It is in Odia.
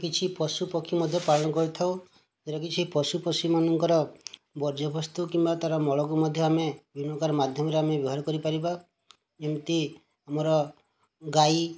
କିଛି ପଶୁ ପକ୍ଷୀ ମଧ୍ୟ ପାଳନ କରିଥାଉ ଯେଉଁଟା କିଛି ପଶୁ ପକ୍ଷୀ ମାନଙ୍କର ବର୍ଜ୍ୟବସ୍ତୁ କିମ୍ବା ତାର ମଳକୁ ମଧ୍ୟ ଆମେ ବିଭିନ୍ନ ପ୍ରକାର ମାଧ୍ୟମରେ ଆମେ ବ୍ୟବହାର କରିପାରିବା ଯେମିତି ଆମର ଗାଈ